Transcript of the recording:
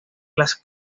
las